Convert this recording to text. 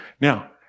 Now